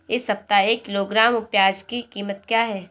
इस सप्ताह एक किलोग्राम प्याज की कीमत क्या है?